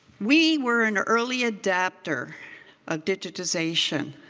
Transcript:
we were an early adopter of digitization.